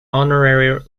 honorary